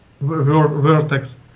vertex